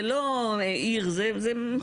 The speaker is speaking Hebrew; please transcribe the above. זה לא עיר, זה בקטנה.